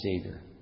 Savior